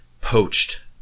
poached